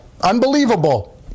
Unbelievable